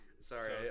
Sorry